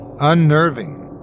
unnerving